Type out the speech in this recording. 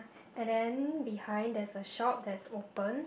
and then behind there's a shop that's open